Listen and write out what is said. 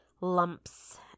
lumps